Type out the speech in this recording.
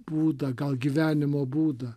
būdą gal gyvenimo būdą